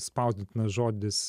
spausdintinas žodis